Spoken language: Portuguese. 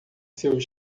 seu